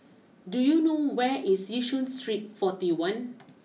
do you know where is Yishun Street forty one